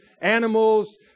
animals